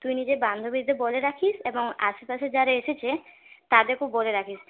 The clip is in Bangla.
তুই নিজের বান্ধবীদের বলে রাখিস এবং আশেপাশে যারা এসেছে তাদেরকেও বলে রাখিস